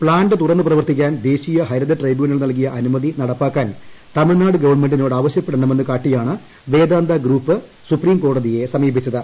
plant തുറന്ന് പ്രവർത്തിക്കാൻ ദേശീയ ഹരിത ട്രിബ്യൂണൽ നൽകിയ അനുമതി നടപ്പാക്കാൻ തമിഴ്നാട് ഗവൺമെന്റിനോട് ആവശ്യപ്പെടണമെന്ന് കാട്ടിയാണ് വേദാന്ത ഗ്രൂപ്പ് സുപ്രീംകോടതിയെ സമീപിച്ചത്